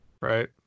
right